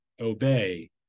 obey